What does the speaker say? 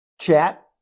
chat